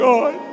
God